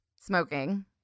Smoking